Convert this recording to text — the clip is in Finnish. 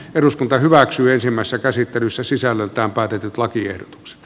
päätettiin ensimmäisessä käsittelyssä sisällöltään päätetyt lakiehdotukset